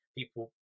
people